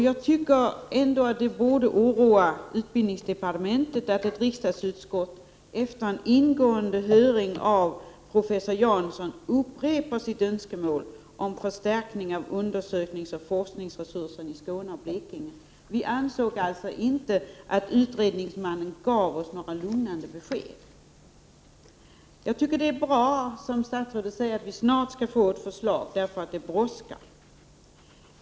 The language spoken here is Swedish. Jag tycker ändå att det borde oroa utbildningsdepartementet att ett riksdagsutskott efter en ingående hearing av professor Jansson upprepar sitt önskemål om förstärkning av undersökningsoch forskningsresurser i Skåne och Blekinge. Vi i utskottet ansåg alltså inte att utredningsmannen gav oss några lugnande besked. Det är bra att vi snart skall få förslag, för det brådskar.